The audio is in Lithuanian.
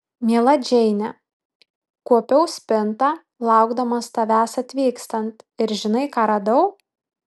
miela džeine kuopiau spintą laukdamas tavęs atvykstant ir žinai ką radau